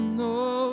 no